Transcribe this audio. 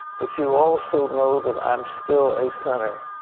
but you also know that i'm still a sinner.